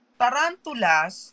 tarantulas